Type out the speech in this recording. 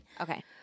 Okay